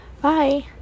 Bye